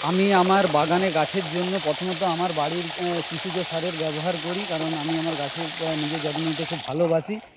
আমি আমার বাগানে গাছের জন্য প্রথমত আমার বাড়ির কৃষিজ সারের ব্যবহার করি কারণ আমি আমার গাছের নিজে যত্ন নিতে খুব ভালোবাসি